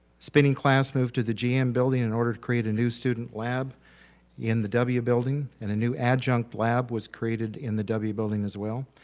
spinning class moved into the gm building in order to create a new student lab in the w building, and a new adjunct lab was created in the w building as well.